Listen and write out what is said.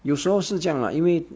有时候是这样 lah 因为